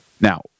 Now